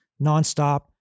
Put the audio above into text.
nonstop